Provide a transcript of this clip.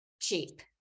cheap